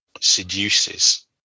seduces